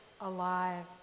alive